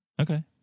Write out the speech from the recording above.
Okay